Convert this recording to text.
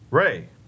Ray